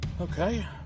Okay